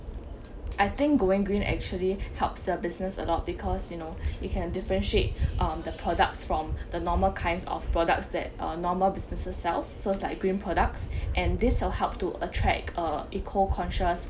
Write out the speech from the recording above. I think going green actually helps the business a lot because you know you can differentiate um the products from the normal kinds of products that uh normal businesses sells so it's like green products and this will help to attract uh eco-conscious